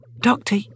Doctor